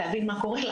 להבין מה קורה,